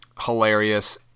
hilarious